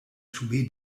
subì